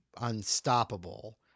unstoppable